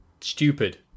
stupid